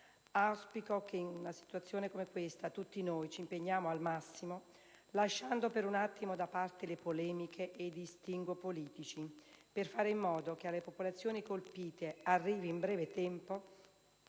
Auspico che in una situazione come questa tutti noi ci impegniamo al massimo, lasciando per un attimo da parte le polemiche e i distinguo politici, per fare in modo che alle popolazioni colpite arrivi in breve tempo